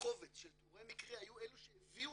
קובץ של תיאורי מקרה היו אלה שהביאו